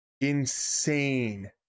insane